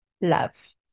love